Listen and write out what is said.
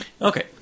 Okay